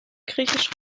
griechisch